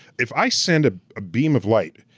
if i send a ah beam of light,